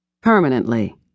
Permanently